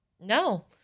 No